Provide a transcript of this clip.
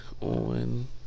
on